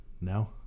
no